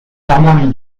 armoiries